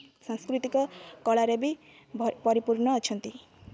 ସାଂସ୍କୃତିକ କଳାରେ ବି ପରିପୂର୍ଣ୍ଣ ଅଛନ୍ତି